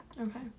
Okay